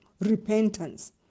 repentance